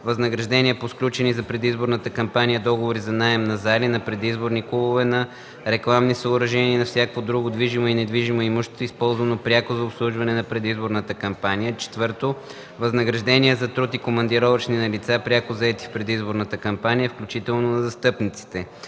възнаграждения по сключени за предизборната кампания договори за наем на зали, на предизборни клубове, на рекламни съоръжения и на всякакво друго движимо и недвижимо имущество, използвано пряко за обслужване на предизборната кампания; 4. възнаграждения за труд и командировъчни на лица, пряко заети в предизборната кампания, включително на застъпниците.